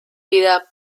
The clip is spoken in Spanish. vida